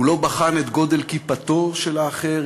הוא לא בחן את גודל כיפתו של האחר,